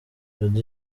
jody